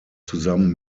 zusammen